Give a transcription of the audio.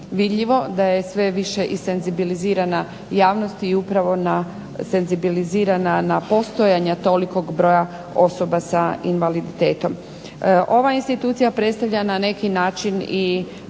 da je sve više i senzibilizirana javnost i upravo senzibilizirana na postojanje tolikog broja osoba s invaliditetom. Ova institucija predstavlja na neki način i